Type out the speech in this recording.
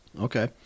Okay